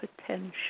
potential